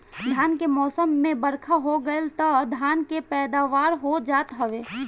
धान के मौसम में बरखा हो गईल तअ धान के पैदावार हो जात हवे